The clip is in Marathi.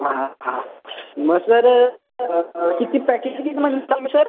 हा हा मग सर किती पॅकेज किती मग सर